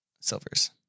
silvers